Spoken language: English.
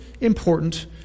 important